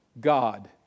God